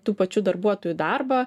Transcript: tų pačių darbuotojų darbą